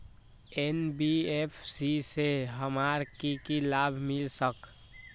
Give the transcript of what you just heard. NBFC से हमार की की लाभ मिल सक?